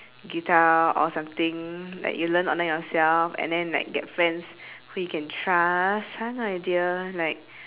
guitar or something like you learn online yourself and then like get friends who you can trust fun idea like